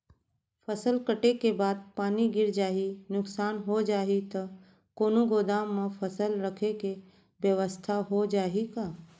फसल कटे के बाद पानी गिर जाही, नुकसान हो जाही त कोनो गोदाम म फसल रखे के बेवस्था हो जाही का?